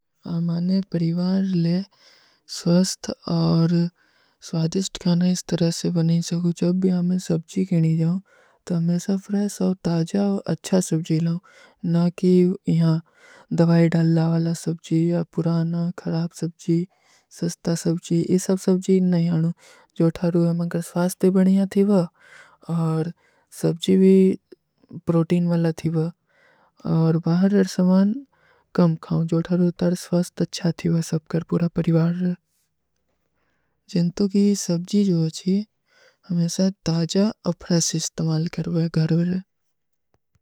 ଆମାନେ ପରିଵାର ଲେ ସ୍ଵସ୍ତ ଔର ସ୍ଵାଧିସ୍ଟ ଖାନା ଇସ ତରହ ସେ ବନୀ ସକୁ। ଜବ ଭୀ ହମେଂ ସବଜୀ କେ ଲିଏ ଜାଓଂ, ତୋ ହମେଂ ସବ ଫ୍ରେସ ଔର ତାଜା ଔର ଅଚ୍ଛା ସବଜୀ ଲାଓଂ। ନା କି ଯହାଂ ଦଵାଈ ଡାଲା ଵାଲା ସବଜୀ ଯା ପୁରାନା, ଖରାପ ସବଜୀ, ସସ୍ତା ସବଜୀ ଯହ ସବ ସବଜୀ ନହୀଂ ହାଁ। ଜୋ ଥାରୂ ହୈଂ, ମଗର ସ୍ଵାସ୍ତେ ବନିଯା ଥୀଵା, ଔର ସବଜୀ ଭୀ ପ୍ରୋଟୀନ ଵାଲା ଥୀଵା। ଔର ବାହର ସମାନ, କମ ଖାଊଂ, ଜୋ ଥାରୂ ଥାର ସ୍ଵାସ୍ତ ଅଚ୍ଛା ଥୀଵା, ସବକର ପୁରା ପରିଵାର ହୈ। ଜେନ ତୋ କି ସବଜୀ ହମେଂ ସବ ତାଜା ଔର ଫ୍ରେସ ଇସ୍ତମାଲ କରଵା ହୈ ଘରଵେ।